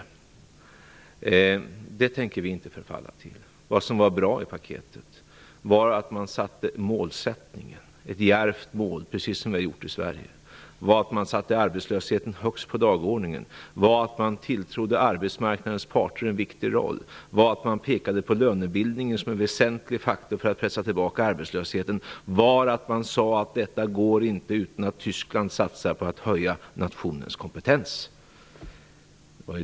Sådant tänker vi inte förfalla till. Det som var bra i paketet var målsättningen. Man satte upp ett djärvt mål, precis som vi har gjort i Sverige. Man satte arbetslösheten högst på dagordningen. Man tilltrodde arbetsmarknadens parter en viktig roll. Man pekade på lönebildningen som en väsentlig faktor för att pressa tillbaka arbetslösheten. Slutligen sade man att detta inte går utan att Tyskland satsar på att höja nationens kompetens.